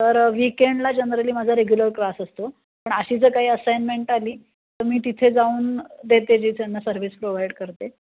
तर वीकेंडला जनरली माझा रेग्युलर क्लास असतो पण अशी जर काही असाइनमेंट आली तर मी तिथे जाऊन देते जी त्यांना सर्विस प्रोव्हाइड करते